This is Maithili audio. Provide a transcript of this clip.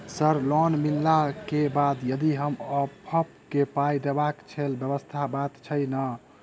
सर लोन मिलला केँ बाद हम यदि ऑफक केँ मे पाई देबाक लैल व्यवस्था बात छैय नै?